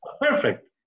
perfect